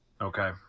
Okay